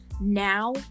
now